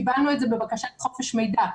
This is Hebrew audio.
קיבלנו את זה בבקשה לחופש מידע.